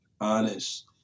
honest